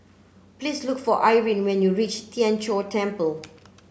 please look for Irene when you reach Tien Chor Temple